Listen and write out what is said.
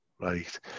right